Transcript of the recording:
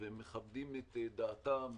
ומכבדים את דעתם,